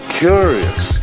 curious